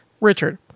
Richard